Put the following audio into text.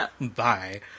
bye